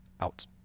out